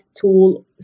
tool